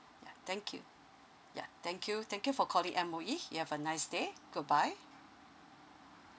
yeah thank you yeah thank you thank you for calling M_O_E you have a nice day goodbye